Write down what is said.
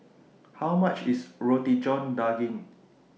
How much IS Roti John Daging